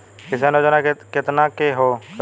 किसान योजना कितना के हो सकेला?